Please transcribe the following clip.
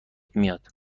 میاد